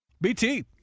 BT